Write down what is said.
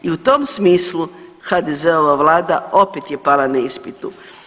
I u tom smislu HDZ-ova vlada opet je pala na ispitu.